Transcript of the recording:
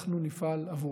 שאנחנו נפעל עבורם.